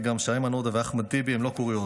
גם שאיימן עודה ואחמד טיבי הם לא קוריוז.